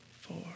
four